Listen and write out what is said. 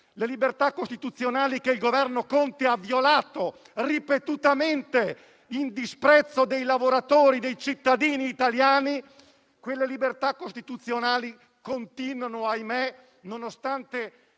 Sottosegretario, che il Governo Conte ha violato ripetutamente, in disprezzo dei lavoratori e dei cittadini italiani, quelle libertà costituzionali, ahimè, nonostante